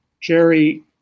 Jerry